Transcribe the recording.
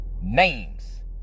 Names